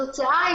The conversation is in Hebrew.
התוצאה: